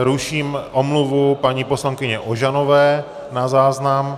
Ruším omluvu paní poslankyně Ožanové na záznam.